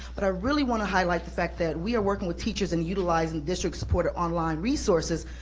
but i really wanna highlight the fact that we are working with teachers and utilizing district-supported online resources,